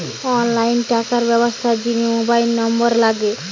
online টাকার ব্যবস্থার জিনে মোবাইল নম্বর লাগে